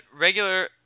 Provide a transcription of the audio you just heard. regular